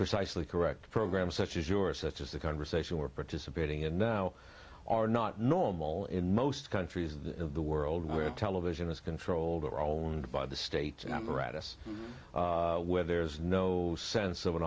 precisely correct programs such as your such as the conversation we're participating in now are not normal in most countries of the world where television is controlled or owned by the states and i'm rattus where there's no sense of an